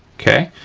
okay,